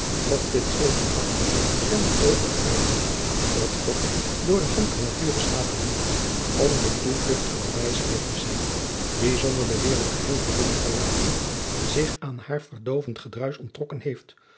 op dit schilderachtig en betooverend eiland dat god door de hand der natuur geschapen heeft om de toevlugt van den wijsgeer te zijn die zonder de wereld geheel te willen verlaten zich aan haar verdoovend gedruisch onttrokken heeft